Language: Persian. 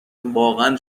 واقعا